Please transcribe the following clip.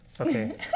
Okay